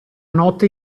notte